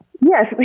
Yes